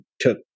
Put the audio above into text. took